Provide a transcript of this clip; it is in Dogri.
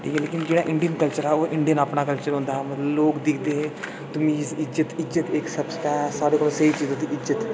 ठीक ऐ लेकिन जेह्ड़ी इंडियन कल्चर हा ओह् इंडियन अपना कल्चर होंदा हा मतलब लोक दिखदे हे तमीज इज्जत संस्कार साढ़े कोल स्हेई चीजां